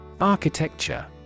Architecture